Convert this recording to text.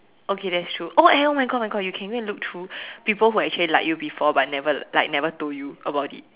okay that's true oh and oh my God my God you can go and look through people who actually liked you before but never like never told you about it